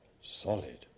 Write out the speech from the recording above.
solid